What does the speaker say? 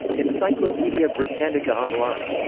encyclopaedia britannica online